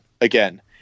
again